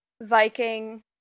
viking